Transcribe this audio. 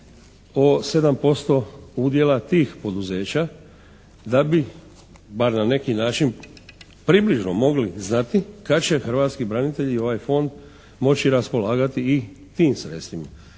o 7% udjela tih poduzeća, da bi bar na neki način približno mogli znati kada će hrvatski branitelji i ovaj fond moći raspolagati i tim sredstvima